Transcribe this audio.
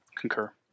Concur